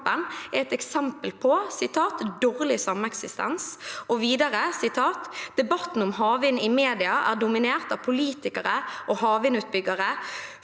er et eksempel på «dårlig sameksistens». Og videre: «Debatten om havvind i media er dominert av politikere og havvindutbyggere,